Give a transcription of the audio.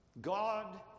God